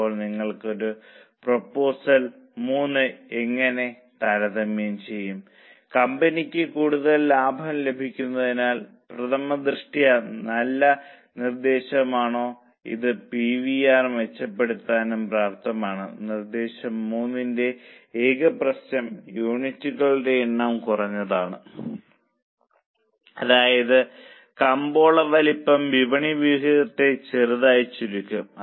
അപ്പോൾ നിങ്ങൾ ഒരു പ്രൊപ്പോസൽ 3 എങ്ങനെ താരതമ്യം ചെയ്യും കമ്പനിക്ക് കൂടുതൽ ലാഭം ലഭിക്കുന്നതിനാൽ പ്രഥമ ദൃഷ്ട്യാ നല്ല നിർദ്ദേശമാണോ ഇത് പി വി ആർ മെച്ചപ്പെടുത്താനും പ്രാപ്തമാണ് നിർദ്ദേശം 3 ന്റെ ഏക പ്രശ്നം യൂണിറ്റുകളുടെ എണ്ണം കുറഞ്ഞതാണ് അതായത് കമ്പോള വലിപ്പം വിപണി വിഹിതത്തെ ചെറുതായി ചുരുക്കും